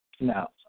Now